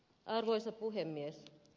arvoisa puhemies